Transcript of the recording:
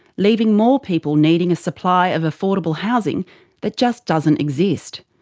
leaving more people needing a supply of affordable housing that just doesn't exist.